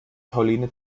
pauline